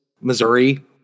Missouri